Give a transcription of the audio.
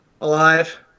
Alive